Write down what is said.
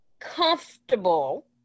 comfortable